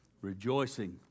Rejoicing